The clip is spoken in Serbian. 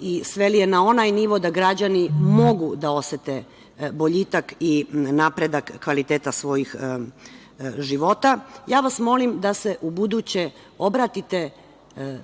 i sveli je na onaj nivo da građani mogu da osete boljitak i napredak kvaliteta svojih života? Ja vas molim da se ubuduće obratite